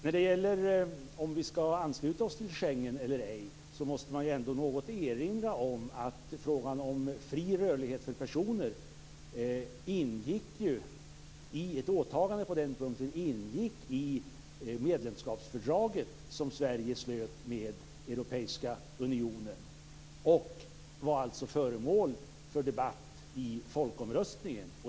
När vi diskuterar frågan om vi skall ansluta oss till Schengen eller ej måste man ändå något erinra om att ett åtagande om fri rörlighet för personer ingick i det medlemskapsfördrag som Sverige slöt med Europeiska unionen och var alltså föremål för debatt i samband med folkomröstningen.